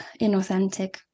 inauthentic